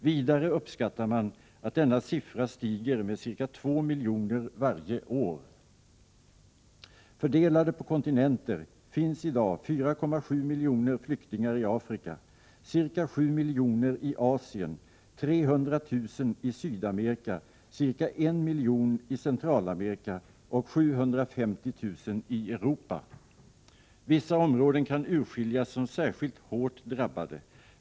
Vidare uppskattar man att denna siffra stiger med ca 2 miljoner varje år. Fördelade på kontinenter finns det i dag 4,7 miljoner flyktingar i Afrika, ca 7 miljoner i Asien, 300 000 i Sydamerika, ca 1 miljon i Centralamerika och 750 000 i Europa. Vissa områden kan urskiljas som särskilt hårt drabbade.